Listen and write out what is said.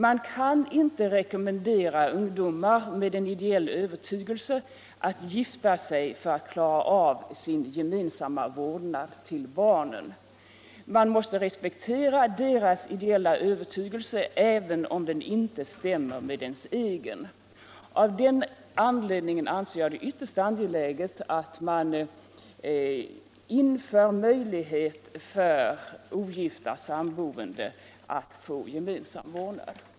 Man kan inte rekommendera ungdomar med en ideell övertygelse att gifta sig för att klara av sin gemensamma vårdnad om barnen. Man måste respektera deras idella övertygelse, även om den inte stämmer med ens egen. Av den anledningen anser jag det vara ytterst angeläget att man inför möjlighet för ogifta samboende att få gemensam vårdnad.